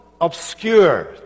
obscure